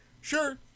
Sure